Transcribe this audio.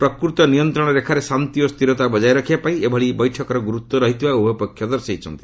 ପ୍ରକୃତ ନିୟନ୍ତ୍ରଣ ରେଖାରେ ଶାନ୍ତି ଓ ସ୍ଥିରତା ବଜାୟ ରଖିବା ପାଇଁ ଏହିଭଳି ବୈଠକର ଗୁରୁତ୍ୱ ରହିଥିବା ଉଭୟ ପକ୍ଷ ଦର୍ଶାଇଛନ୍ତି